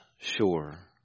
sure